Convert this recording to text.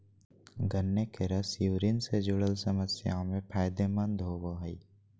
गन्ने के रस यूरिन से जूरल समस्याओं में फायदे मंद होवो हइ